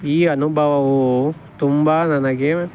ಈ ಅನುಭವವು ತುಂಬ ನನಗೆ